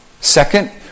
Second